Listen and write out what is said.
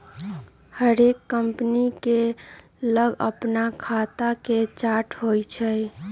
हरेक कंपनी के लग अप्पन खता के चार्ट होइ छइ